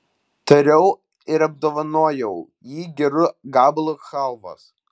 tariau ir apdovanojau jį geru gabalu chalvos